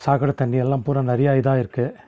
சாக்கடை தண்ணி எல்லாம் பூராம் நிறையா இதாயிருக்கு